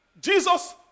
Jesus